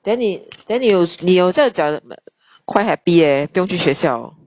then 你 then 你有在找 quite happy eh 不用去学校